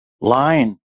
line